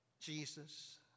Jesus